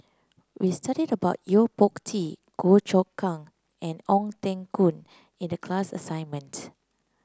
we studied about Yo Po Tee Goh Choon Kang and Ong Teng Koon in the class assignment